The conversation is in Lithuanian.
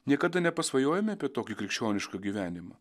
niekada nepasvajojame apie tokį krikščionišką gyvenimą